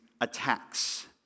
attacks